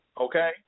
okay